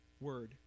word